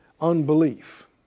unbelief